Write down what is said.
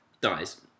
Dies